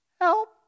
Help